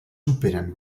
operen